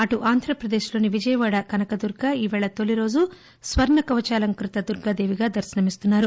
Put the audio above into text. అటు ి ఆంధ్రప్రదేశ్ లోని విజయవాడ కనకదుర్గ నేడు తొలిరోజు స్వర్ణ కవచాలంకృత దుర్గాదేవిగా దర్పనమిస్తున్నారు